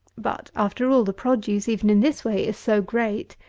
but, after all, the produce, even in this way, is so great,